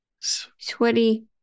Sweaty